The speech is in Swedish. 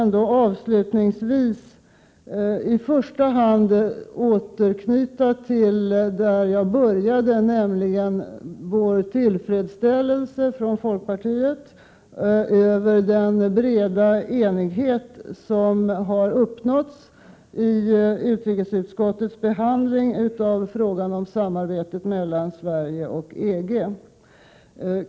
Jag vill återknyta till vad jag nämnde i början, nämligen folkpartiets tillfredsställelse över den breda enighet som har uppnåtts vid utrikesutskottets behandling av frågan om samarbetet mellan Sverige och EG.